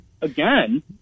again